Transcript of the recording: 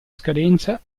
scadenza